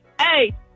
hey